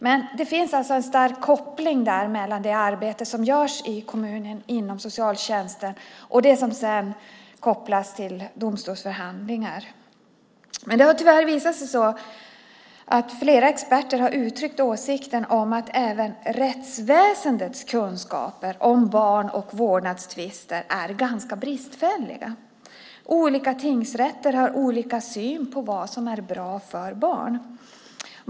Men det finns en stark koppling mellan det arbete som görs i kommunen inom socialtjänsten och det som sedan kopplas till domstolsförhandlingar. Det har tyvärr visat sig att flera experter har uttryckt åsikten att även rättsväsendets kunskaper om barn och vårdnadstvister är ganska bristfälliga. Olika tingsrätter har olika syn på vad som är bra för barn.